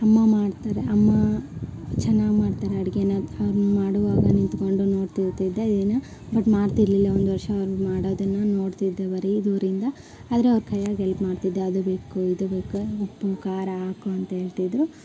ಅಮ್ಮ ಮಾಡ್ತಾರೆ ಅಮ್ಮ ಚೆನ್ನಾಗ್ ಮಾಡ್ತಾರೆ ಅಡ್ಗೆಯನ್ನ ಅವ್ರು ಮಾಡುವಾಗ ನಿಂತ್ಕೊಂಡು ನೋಡ್ತಿರುತಿದ್ದೆ ದಿನ ಬಟ್ ಮಾಡ್ತಿರಲಿಲ್ಲ ಒಂದು ವರ್ಷ ಅವ್ರು ಮಾಡೋದನ್ನು ನೋಡ್ತಿದ್ದೆ ಬರೀ ದೂರದಿಂದ ಆದರೆ ಅವ್ರ ಕೈಯಾಗೆ ಎಲ್ಪ್ ಮಾಡ್ತಿದ್ದೆ ಅದು ಬೇಕು ಇದು ಬೇಕು ಉಪ್ಪು ಖಾರ ಹಾಕು ಅಂತೇಳ್ತಿದ್ರು